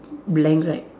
blank right